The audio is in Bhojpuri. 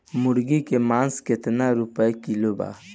मुर्गी के मांस केतना रुपया किलो बा?